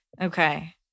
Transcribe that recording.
Okay